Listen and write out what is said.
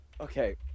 Okay